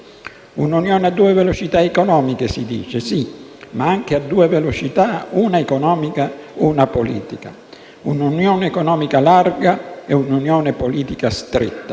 Una Unione a due velocità economiche, si dice; sì, ma anche a due velocità, una economica, una politica. Un'Unione economica larga e un'Unione politica stretta.